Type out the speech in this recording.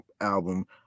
album